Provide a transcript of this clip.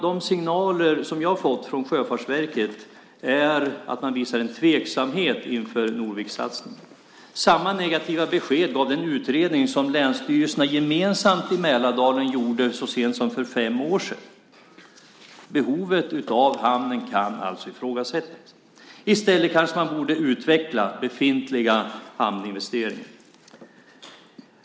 De signaler som jag har fått från Sjöfartsverket visar en tveksamhet inför Norvikssatsningen. Samma negativa besked gav den utredning som länsstyrelserna i Mälardalen gemensamt gjorde så sent som för fem år sedan. Behovet av hamnen kan alltså ifrågasättas. I stället kanske befintliga hamninvesteringar borde utvecklas.